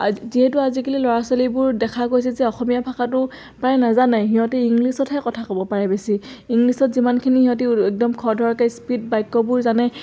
যিহেতু আজিকালি ল'ৰা ছোৱালীবোৰ দেখা গৈছে যে অসমীয়া ভাষাটো প্ৰায় নাজানে সিহঁতে ইংলিছতহে কথা ক'ব পাৰে বেছি ইংলিছত যিমানখিনি সিহঁতে একদম খৰধৰকৈ স্পীড বাইকবোৰ জানে